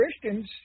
Christians